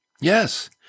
Yes